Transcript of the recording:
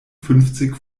fünfzig